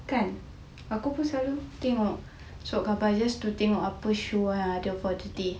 kan aku pun selalu tengok suratkhabar just to tengok apa show yang ada for the day